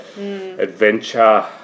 Adventure